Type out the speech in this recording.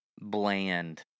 bland